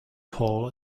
hall